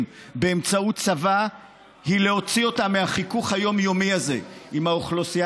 באמצעות צבא היא להוציא אותם מהחיכוך היום-יומי הזה עם האוכלוסייה